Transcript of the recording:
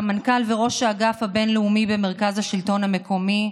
סמנכ"ל וראש האגף הבין-לאומי במרכז השלטון המקומי,